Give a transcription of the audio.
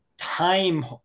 time